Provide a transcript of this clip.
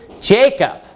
Jacob